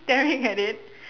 staring at it